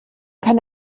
kann